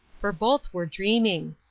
for both were dreaming.